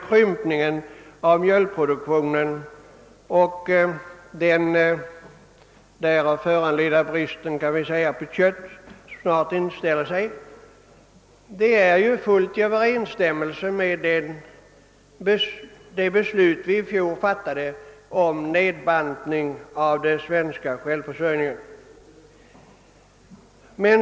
Krympningen av mjölkproduktionen och den därav följande bristen på kött, som snart inställer sig, överensstämmer som jag tidigare sagt med beslutet i fjol om nedbantning av den svenska självförsörjningsgraden.